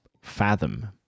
fathom